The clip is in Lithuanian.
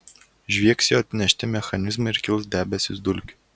žviegs jo atsinešti mechanizmai ir kils debesys dulkių